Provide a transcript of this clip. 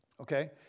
Okay